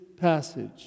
passage